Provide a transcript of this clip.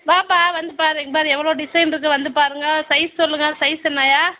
வாப்பா வந்து பாரு இங்கே பாரு எவ்வளோ டிசைன் இருக்குது வந்து பாருங்க சைஸ் சொல்லுங்கள் சைஸ் என்னய்யா